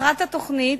מטרת התוכנית